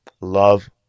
love